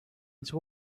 into